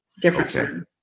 Different